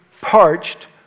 parched